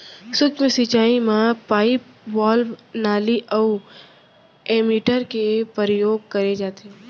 सूक्ष्म सिंचई म पाइप, वाल्व, नाली अउ एमीटर के परयोग करे जाथे